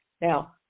Now